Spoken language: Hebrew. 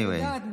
אני יודעת,